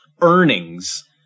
earnings